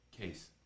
case